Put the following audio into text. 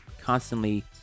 constantly